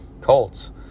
Colts